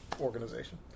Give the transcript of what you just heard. organization